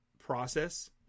process